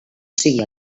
sigui